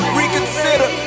reconsider